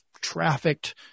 trafficked